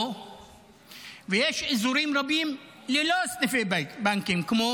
יש אזורים רבים ללא סניפי בנקים כמעט,